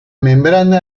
membrana